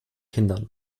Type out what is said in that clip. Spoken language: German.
kindern